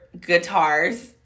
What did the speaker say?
guitars